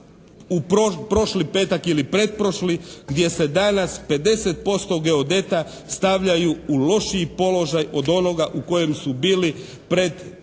u prošli petak ili pretprošli gdje se danas 50% geodeta stavljaju u lošiji položaj od onoga u kojem su bili pred